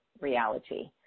reality